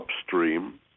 upstream